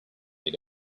they